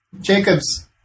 Jacobs